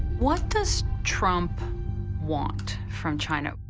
what does trump want from china?